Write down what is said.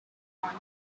county